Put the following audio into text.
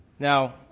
Now